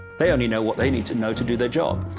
they only know what they need to know to do their job.